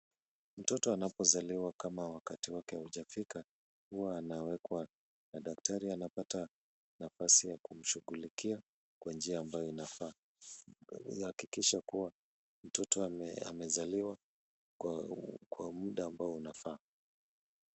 Mtoto anapozaliwa kama wakati wake haujafika huwa anawekwa na daktari anapata nafasi ya kumshughulikia kwa njia ambayo inafaa. Hahakikisha kuwa mtoto amezaliwa kwa muda ambao unafaa.